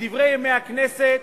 מ"דברי הכנסת",